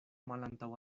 malantaŭ